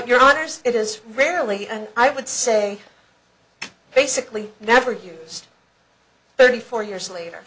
your honour's it is rarely and i would say basically never used thirty four years later